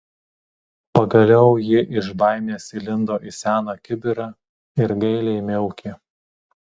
pagaliau ji iš baimės įlindo į seną kibirą ir gailiai miaukė